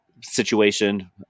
situation